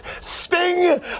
Sting